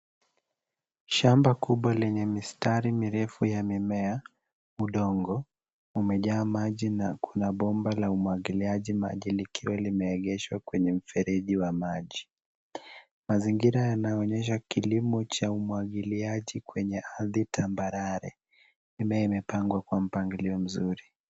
Shamba kubwa lenye mistari mirefu ya mimea, udongo umejaa maji na kuna bomba la umwagiliaji maji likiwa limeegeshwa kwenye mfereji wa maji. Mazingira yanaonyesha kilimo cha umwagiliaji kwenye ardhi tambarare. Mimea imepangwa kwa mpangilio mzuri.